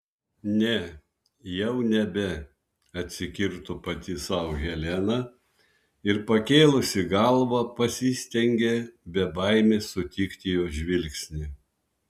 ne jau nebe atsikirto pati sau helena ir pakėlusi galvą pasistengė be baimės sutikti jo žvilgsnį